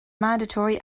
mandatory